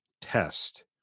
test